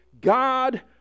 God